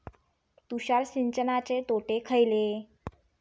तुषार सिंचनाचे तोटे खयले?